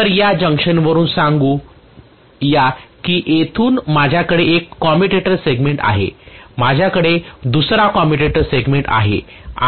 तर या जंक्शनवरून सांगू या की येथून माझ्याकडे एक कम्युटेटर सेगमेंट आहे माझ्याकडे दुसरा कम्युटेटर सेगमेंट आहे